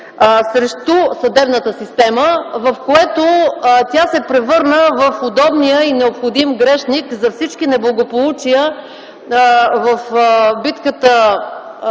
срещу съдебната система, в което тя се превърна в удобния и необходим грешник за всички неблагополучия в битката